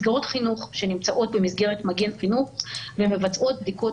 מסגרות חינוך שנמצאות במסגרת מגן חינוך ומבצעות בדיקות